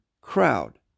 crowd